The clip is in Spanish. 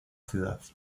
ciudad